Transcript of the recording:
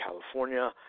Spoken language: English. California